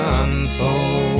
unfold